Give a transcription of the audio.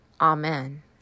Amen